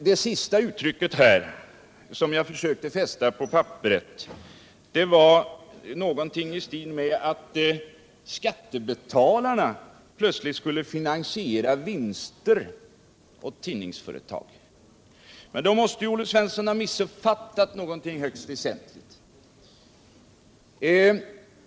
Hans senaste påstående uppfattade jag som någonting i stil med att skattebetalarna plötsligt skulle finansiera vinster åt tidningsföretag. Olle Svensson måste ha missuppfattat saken högst väsentligt.